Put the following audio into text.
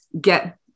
get